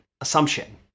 assumption